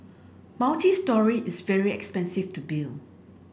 multistory is very expensive to build